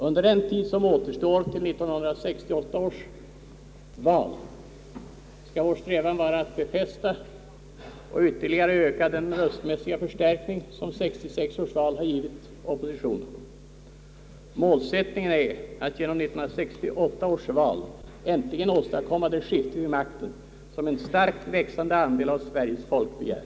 Under den tid som återstår till 1968 års val skall vår strävan vara att befästa och söka ytterligare öka den röstmässiga förstärkning som 1966 års val givit oppositionen. Målsättningen är att genom 1968 års val äntligen åstadkomma det skifte vid makten, som en starkt växande andel av Sveriges folk begär.